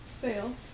Fail